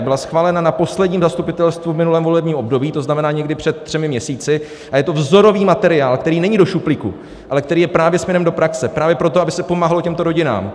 Byla schválena na posledním zastupitelstvu v minulém volebním období, to znamená, někdy před třemi měsíci, a je to vzorový materiál, který není do šuplíku, ale který je právě směrem do praxe právě proto, aby se pomáhalo těmto rodinám.